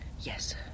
Yes